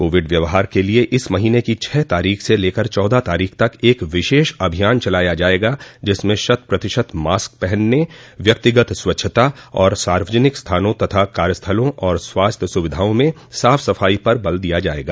Covid व्यवहार के लिए इस महीने की छह तारीख से लेकर चौदह तारीख तक एक विशेष अभियान चलाया जाएगा जिसमें शत प्रतिशत मास्क पहनने व्यक्तिगत स्वच्छता और सार्वजनिक स्थानों तथा कार्यस्थलों और स्वास्थ्य सुविधाओं में साफ सफाई पर जोर दिया जाएगा